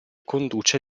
conduce